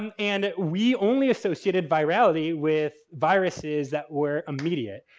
um and we only associated virality with viruses that were immediate.